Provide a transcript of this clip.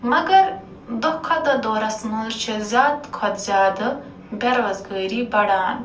مگر دۄہ کھۄتہٕ دۄہ دورس منٛز چھِ زیادٕ کھۄتہٕ زیادٕ بے روزگٲری بڑھان